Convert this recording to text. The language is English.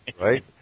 right